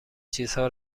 چیزها